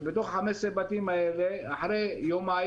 כשבתוך 15 הבתים האלה התגלה אחרי יומיים